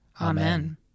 Amen